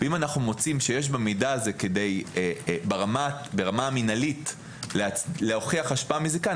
ואם אנחנו מוצאים שיש במידע הזה ברמה המינהלית כדי להוכיח השפעה מזיקה,